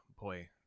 boy